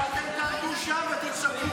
ואתם תעמדו שם ותצעקו,